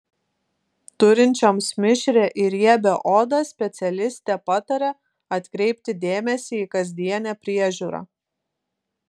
turinčioms mišrią ir riebią odą specialistė pataria atkreipti dėmesį į kasdienę priežiūrą